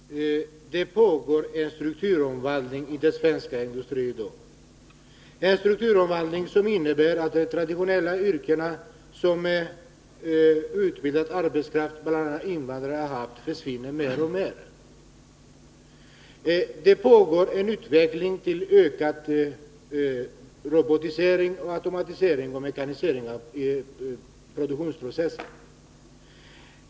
Herr talman! Det pågår en strukturomvandling i den svenska industrin i dag, en omvandling som innebär att de traditionella yrkena, som utbildad arbetskraft, bl.a. invandrare, har haft, försvinner mer och mer. Det pågår en utveckling till ökad robotisering, automatisering och mekanisering av produktionsprocessen.